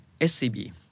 SCB